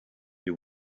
you